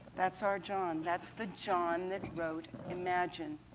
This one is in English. that's our john. that's the john wrote imagine.